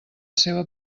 seva